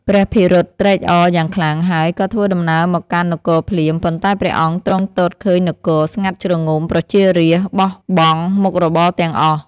ព្រះភិរុតត្រេកអរយ៉ាងខ្លាំង ហើយក៏ធ្វើដំណើរមកកាន់នគរភ្លាម ប៉ុន្តែព្រះអង្គទ្រង់ទតឃើញនគរ ស្ងាត់ជ្រងំប្រជារាស្ត្រ បោះបង់មុខរបរទាំងអស់។